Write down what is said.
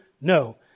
No